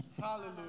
Hallelujah